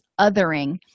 othering